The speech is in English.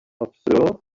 observed